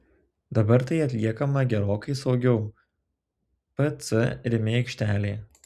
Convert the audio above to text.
dabar tai atliekama gerokai saugiau pc rimi aikštelėje